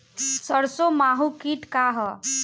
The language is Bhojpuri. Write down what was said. सरसो माहु किट का ह?